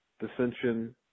dissension